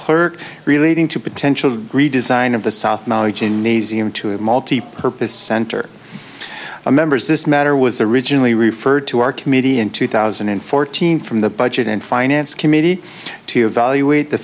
clerk relating to potential redesign of the south maui chain naisi into a multipurpose center a members this matter was originally referred to our committee in two thousand and fourteen from the budget and finance committee to evaluate the